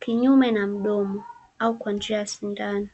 kinyume na mdomo au kwa njia ya sindano.